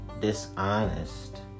dishonest